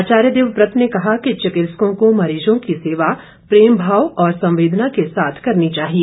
आचार्य देवव्रत ने कहा कि चिकित्सकों को मरीजों की सेवा प्रेमभाव और संवेदना के साथ करनी चाहिए